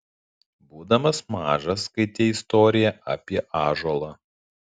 būdamas mažas skaitei istoriją apie ąžuolą